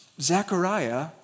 Zechariah